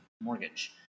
mortgage